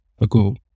ago